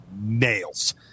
nails